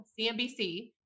CNBC